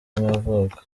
y’amavuko